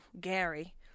Gary